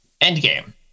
endgame